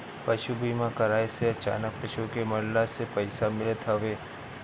पशु बीमा कराए से अचानक पशु के मरला से पईसा मिलत हवे